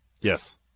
Yes